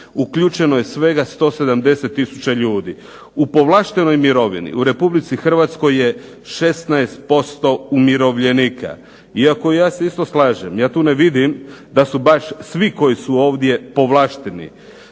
uključeno je svega 170 tisuća ljudi. U povlaštenoj mirovini u Republici Hrvatskoj je 16% umirovljenika, iako ja se isto slažem, ja tu ne vidim da su svi baš koji su tu povlašteni,